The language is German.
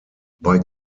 bei